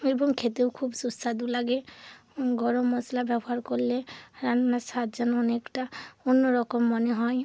এবং খেতেও খুব সুস্বাদু লাগে গরম মশলা ব্যবহার করলে রান্নার স্বাদ যেন অনেকটা অন্য রকম মনে হয়